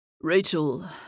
Rachel